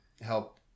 help